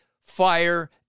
fire